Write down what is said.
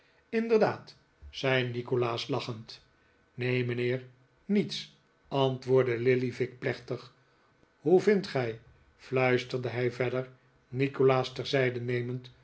inderdaad zei nikolaas lachend neen mijnheer niets antwoordde lillyvick plechtig hoe vindt gij fluisterde hij verder nikolaas terzijde nemend